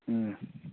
ꯎꯝ